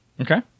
Okay